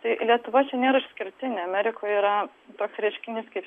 tai lietuva čia nėra išskirtinė amerikoje yra toks reiškinys kaip